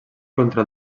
contra